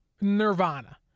nirvana